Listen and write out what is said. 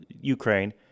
Ukraine